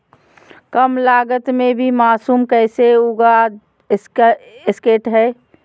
कम लगत मे भी मासूम कैसे उगा स्केट है?